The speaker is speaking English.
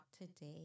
today